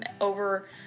over